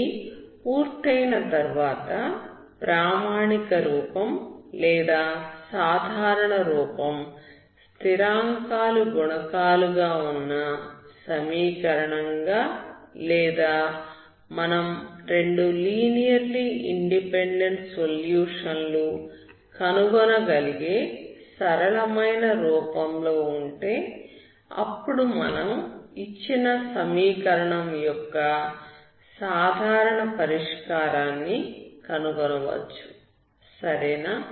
ఇది పూర్తయిన తర్వాత ప్రామాణిక రూపం లేదా సాధారణ రూపం స్థిరాంకాలు గుణకాలు గా ఉన్న సమీకరణం గా లేదా మనం రెండు లీనియర్లీ ఇండిపెండెంట్ సొల్యూషన్ లు కనుగొనగలిగే సరళమైన రూపంలో ఉంటే అప్పుడు మనం ఇచ్చిన సమీకరణం యొక్క సాధారణ పరిష్కారాన్ని కనుగొనవచ్చు సరేనా